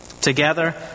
Together